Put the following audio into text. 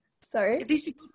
Sorry